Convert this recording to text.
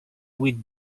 with